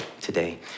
today